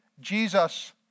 Jesus